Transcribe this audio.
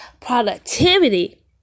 productivity